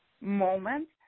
moment